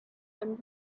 and